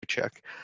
check